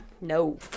No